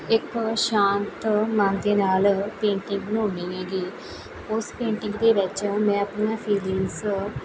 ਇਕ ਸ਼ਾਂਤ ਮਨ ਦੇ ਨਾਲ ਪੇਂਟਿੰਗ ਬਣਾਉਂਦੀ ਹੈਗੀ ਉਸ ਪੇਂਟਿੰਗ ਦੇ ਵਿੱਚ ਮੈਂ ਆਪਣੀਆਂ ਫੀਲਿੰਗਸ